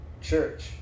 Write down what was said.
church